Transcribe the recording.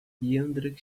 jędrek